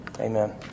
Amen